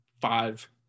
five